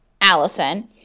Allison